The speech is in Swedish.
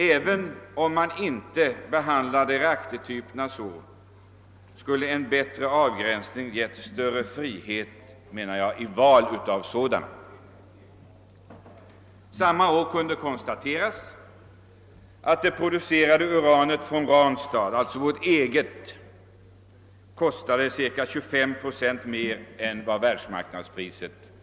även om man inte behandlat saken så, skulle enligt min mening en bättre avgränsning gett större frihet vid valet av reaktortyp. Samma vår kunde det konstateras att priset på uranet från Ranstad, alltså vårt eget, var ungefär 25 procent högre än världsmarknadspriset.